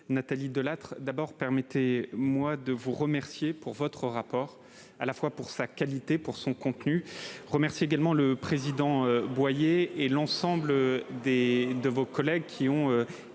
Nathalie Delattre, permettez-moi d'abord de vous remercier pour votre rapport, à la fois pour sa qualité et pour son contenu. Je remercie également le président Boyer et l'ensemble de vos collègues- je les